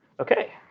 Okay